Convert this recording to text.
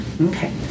Okay